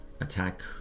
attack